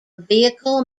vehicle